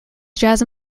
jazz